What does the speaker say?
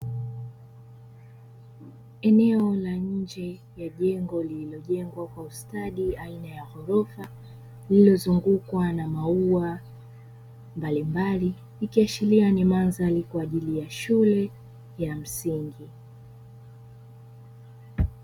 Eneo la nje ya jengo lililojengwa kwa ustadi aina ya ghorofa lililozungukwa na maua aina mbalimbali, ikiashiria ni mandhari kwa ajili ya shule ya msingi.